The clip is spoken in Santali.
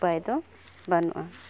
ᱩᱯᱟᱹᱭᱫᱚ ᱵᱟᱹᱱᱩᱜᱼᱟ